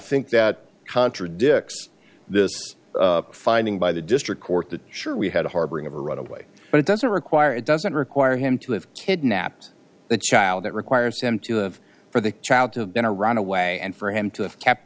think that contradicts this finding by the district court that sure we had a harboring of a runaway but it doesn't require it doesn't require him to have kidnapped the child that requires him to have for the child to have been a runaway and for him to have kept